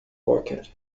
market